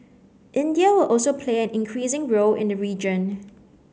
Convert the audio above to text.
India will also play an increasing role in the region